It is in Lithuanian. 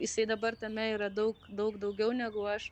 jisai dabar tame yra daug daug daugiau negu aš